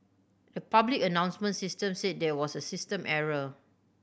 the public announcement system said there was a system error